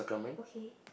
okay